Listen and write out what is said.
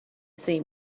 see